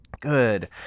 Good